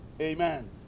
Amen